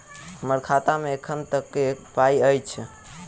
हम्मर खाता मे एखन कतेक पाई अछि?